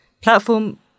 platform